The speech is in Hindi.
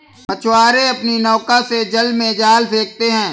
मछुआरे अपनी नौका से जल में जाल फेंकते हैं